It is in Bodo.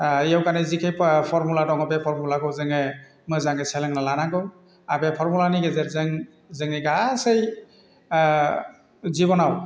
योगानि जिखे फरमुला दङ बे फरमुलाखौ जोङो मोजाङै सोलोंना लानांगौ आर बे फरमुलानि गेजेरजों जोंनि गासै जिबनाव